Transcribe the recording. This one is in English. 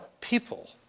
people